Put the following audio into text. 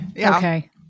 Okay